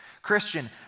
Christian